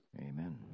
amen